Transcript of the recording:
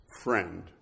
friend